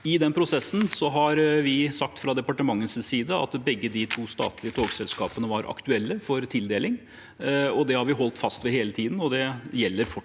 I den prosessen har vi fra departementets side sagt at begge de to statlige togselskapene var aktuelle for tildeling. Det har vi holdt fast ved hele tiden – og det gjelder fortsatt,